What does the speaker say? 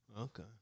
Okay